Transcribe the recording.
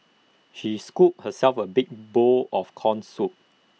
she scooped herself A big bowl of Corn Soup